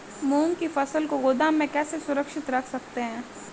मूंग की फसल को गोदाम में कैसे सुरक्षित रख सकते हैं?